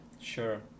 Sure